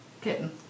kitten